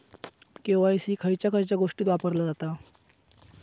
KYC खयच्या खयच्या गोष्टीत वापरला जाता?